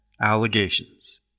Allegations